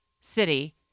city